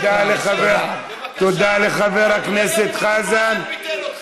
תודה לחבר הכנסת חזן.